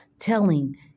Telling